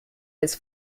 his